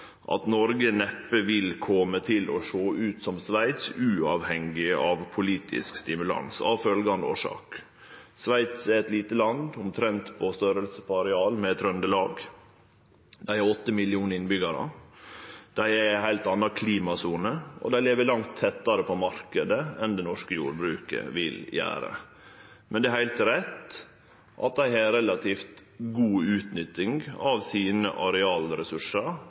at Noreg neppe vil kome til å sjå ut som Sveits, uavhengig av politisk stimulans, av følgjande årsaker: Sveits er eit lite land – omtrent på storleik med Trøndelag i areal, dei er åtte millionar innbyggjarar, dei ligg i ei heilt anna klimasone, og dei lever langt tettare på marknaden enn det norske jordbruket gjer. Men det er heilt rett at dei har relativt god utnytting av arealressursane sine